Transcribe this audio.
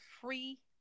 free